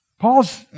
Paul's